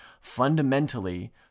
fundamentally